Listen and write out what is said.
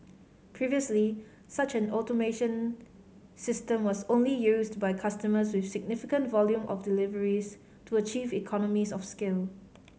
previously such an automation system was only used by customers with significant volume of deliveries to achieve economies of scale